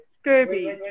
scurvy